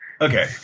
okay